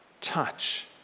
touch